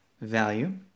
value